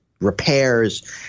repairs